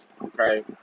Okay